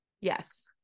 yes